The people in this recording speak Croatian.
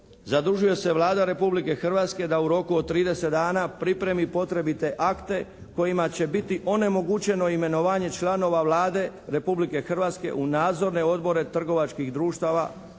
zadužuje se Vlada Republike Hrvatske da u roku od trideset dana pripremi potrebite akte kojima će biti onemogućeno imenovanje članova Vlade Republike Hrvatske u nadzorne odbore trgovačkih društava u većinskom